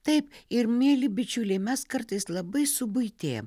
taip ir mieli bičiuliai mes kartais labai subuitėjam